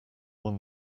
one